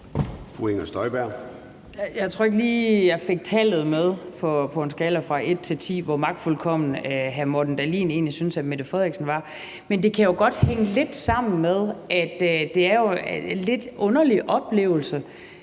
Jeg tror ikke lige, at jeg fik tallet med på en skala fra 1 til 10 for, hvor magtfuldkommen hr. Morten Dahlin egentlig synes at statministeren var. Men det kan jo godt hænge lidt sammen med, at det er en lidt underlig oplevelse